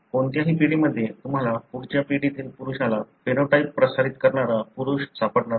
कोणत्याही पिढीमध्ये तुम्हाला पुढच्या पिढीतील पुरुषाला फेनोटाइप प्रसारित करणारा पुरुष सापडणार नाही